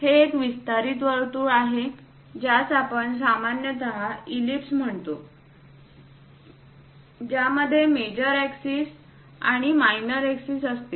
हे एक विस्तारित वर्तुळ आहे ज्यास आपण सामान्यत ईलिप्स म्हणतो ज्यामध्ये मेजर एक्सिस आणि मायनर एक्सिस असते